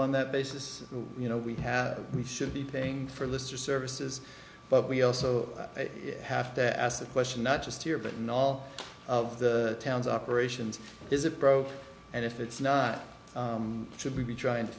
on that basis you know we have we should be paying for lyster services but we also have to ask that question not just here but in all of the towns operations is it broke and if it's not should we be trying to